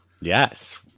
Yes